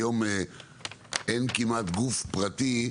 היום אין כמעט גוף פרטי,